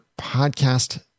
podcast